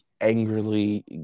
angrily